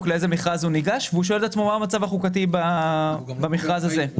לאיזה מכרז הוא ניגש והוא שואל את עצמו מה המצב החוקתי במכרז הזה.